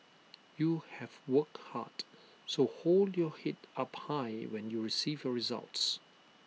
you have work hard so hold your Head up high when you receive your results